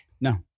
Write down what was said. No